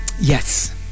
Yes